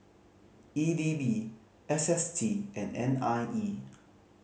E D B S S T and N I E